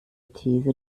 these